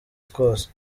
twose